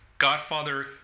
Godfather